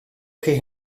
chi